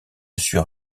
sur